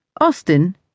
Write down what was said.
Austin